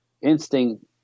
instinct